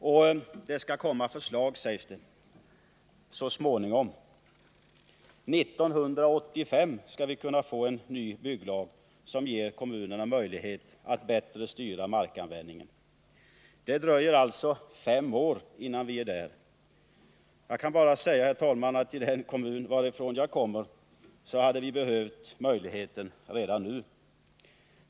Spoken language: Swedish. Det framhålls också att förslag skall framläggas så småningom. År 1985 skall vi kunna få en ny bygglag, som ger kommunerna möjlighet att bättre styra markanvändningen. Det dröjer alltså fem år innan vi är där. 161 Jag kan bara säga, herr talman, att i den kommun varifrån jag kommer hade vi behövt den möjligheten redan nu.